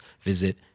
visit